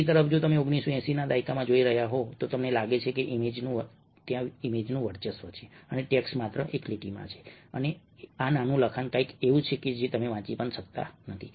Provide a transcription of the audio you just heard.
બીજી તરફ જો તમે 1980ના દાયકાને જોઈ રહ્યા હોવ તો તમને લાગે છે કે ઈમેજનું વર્ચસ્વ છે અને ટેક્સ્ટ માત્ર એક લીટી છે અને આ નાનું લખાણ કંઈક એવું છે જે તમે વાંચી શકતા નથી